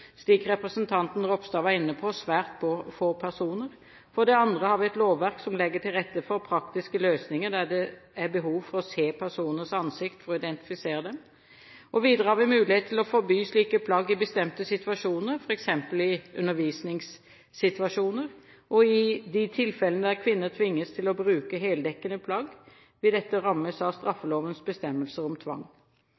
slik representanten Ropstad var inne på – svært få personer. For det andre har vi et lovverk som legger til rette for praktiske løsninger der det er behov for å se personers ansikt for å identifisere dem. Videre har vi mulighet til å forby slike plagg i bestemte situasjoner, f.eks. i undervisningssituasjoner, og i de tilfellene der kvinner tvinges til å bruke heldekkende plagg, vil dette rammes av